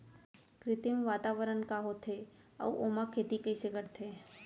कृत्रिम वातावरण का होथे, अऊ ओमा खेती कइसे करथे?